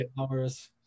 hours